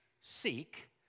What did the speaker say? seek